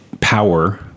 power